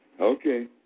Okay